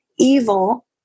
Evil